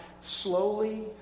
slowly